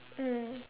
mm